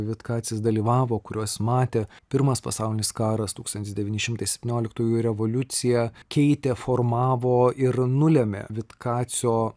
vitkacis dalyvavo kuriuos matė pirmas pasaulinis karas tūkstandis devyni šimtai septynioliktųjų revoliucija keitė formavo ir nulėmė vitkacio